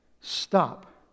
stop